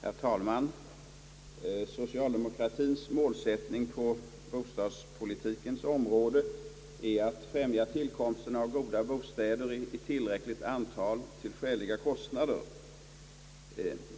Herr talman! = Socialdemokratiens målsättning på bostadspolitikens område är att främja tillkomsten av goda bostäder i tillräckligt antal till skäliga kostnader.